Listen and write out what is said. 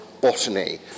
botany